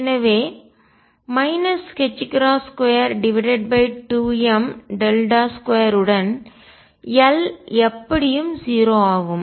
எனவே 22m2 உடன் L எப்படியும் 0 ஆகும்